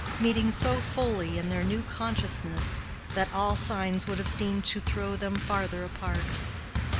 meeting so fully in their new consciousness that all signs would have seemed to throw them farther apart,